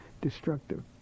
destructive